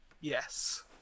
Yes